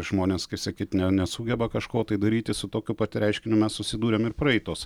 žmonės kai sakyti ne nesugeba kažko tai daryti su tokiu pat reiškiniu mes susidūrėm ir praeitos